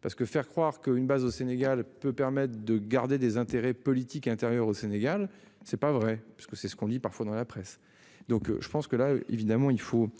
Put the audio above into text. Parce que faire croire que une base au Sénégal peut permettre de garder des intérêts politiques intérieures au Sénégal. C'est pas vrai parce que c'est ce qu'on dit parfois dans la presse. Donc je pense que là évidemment il faut.